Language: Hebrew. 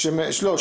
לא.